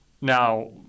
now